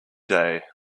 day